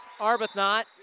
Arbuthnot